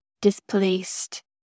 displaced